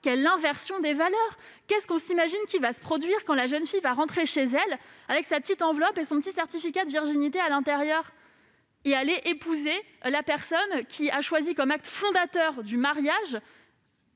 Quelle inversion des valeurs ! Que se produira-t-il quand la jeune fille rentrera chez elle avec sa petite enveloppe et son petit certificat de virginité à l'intérieur ? Elle épousera une personne qui a choisi comme acte fondateur du mariage,